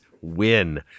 win